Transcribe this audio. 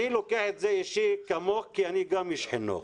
גם אני לוקח את זה אישית כי גם אני איש חינוך.